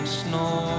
snow